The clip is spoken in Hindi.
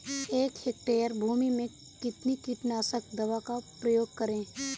एक हेक्टेयर भूमि में कितनी कीटनाशक दवा का प्रयोग करें?